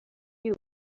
you